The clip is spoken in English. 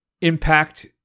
impact